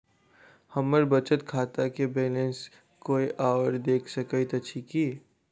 हम्मर बचत खाता केँ बैलेंस कोय आओर देख सकैत अछि की